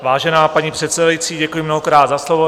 Vážená paní předsedající, děkuji mnohokrát za slovo.